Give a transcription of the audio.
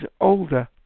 older